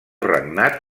regnat